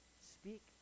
Speak